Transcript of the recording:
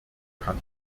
kann